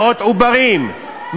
מאות עוברים,